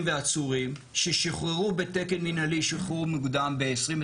ועצורים ששוחררו בתקן מנהלי שחרור מוקדם ב-2021,